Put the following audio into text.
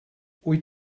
wyt